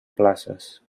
places